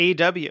AW